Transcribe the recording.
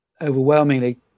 overwhelmingly